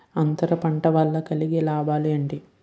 అంతర పంట వల్ల కలిగే లాభాలు ఏంటి